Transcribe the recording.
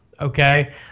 Okay